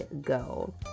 Go